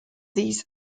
these